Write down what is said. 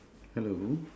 hello